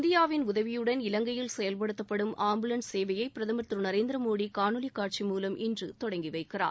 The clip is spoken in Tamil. இந்தியாவின் உதவியுடன் இலங்கையில் செயல்படுத்தப்படும் ஆம்புலன்ஸ் சேவையை பிரதமர் திரு நரேந்திர மோடி காணொலி காட்சி மூலம் இன்று தொடங்கி வைக்கிறார்